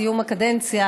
לסיום הקדנציה